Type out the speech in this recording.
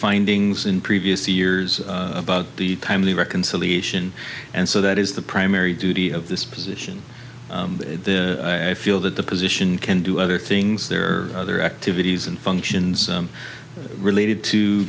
findings in previous years about the timely reconciliation and so that is the primary duty of this position i feel that the position can do other things there are other activities and functions related to